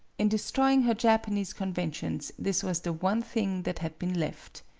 in destroying her japanese conventions this was the one thing that had been left.